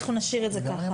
אנחנו נשאיר את זה כך.